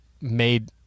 made